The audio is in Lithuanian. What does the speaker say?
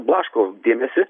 blaško dėmesį